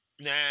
Nah